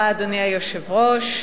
אדוני היושב-ראש,